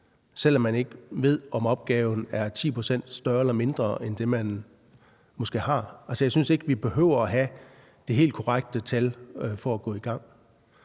selv om man ikke ved, om opgaven er 10 pct. større eller mindre end det, man måske har. Jeg synes altså ikke, vi behøver at have det helt korrekte tal for at gå i gang.